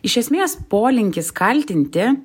iš esmės polinkis kaltinti